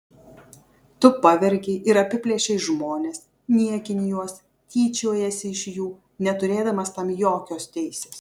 tu pavergei ir apiplėšei žmones niekini juos tyčiojiesi iš jų neturėdamas tam jokios teisės